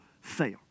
fail